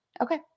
okay